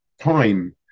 time